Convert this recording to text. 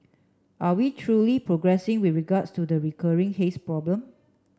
are we truly progressing with regards to the recurring haze problem